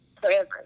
forever